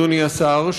אדוני השר,